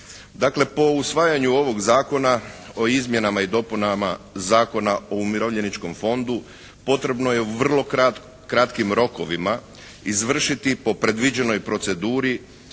Dakle, po usvajanju ovog zakona o izmjenama i dopunama Zakona o umirovljeničkom fondu potrebno je u vrlo kratkim rokovima izvršiti po predviđenoj proceduri